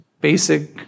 basic